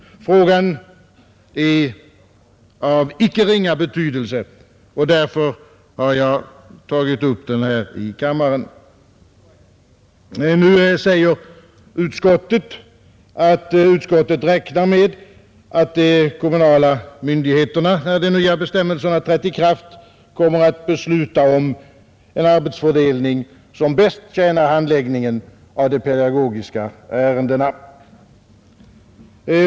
Frågan är av icke ringa betydelse, och därför har jag tagit upp den här i kammaren. Nu säger utskottet, att utskottet räknar med att de kommunala myndigheterna, när de nya bestämmelserna trätt i kraft, kommer att besluta om en arbetsfördelning som bäst tjänar handläggningen av de pedagogiska ärendena.